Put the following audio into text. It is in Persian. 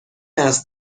است